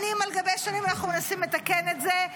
שנים על גבי שנים אנחנו מנסים לתקן את זה,